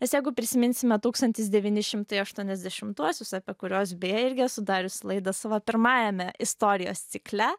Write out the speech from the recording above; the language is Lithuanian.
nes jeigu prisiminsime tūkstantis devyni šimtai aštuoniasdešimtuosius apie kurios beje irgi esu darius laida savo pirmajame istorijos cikle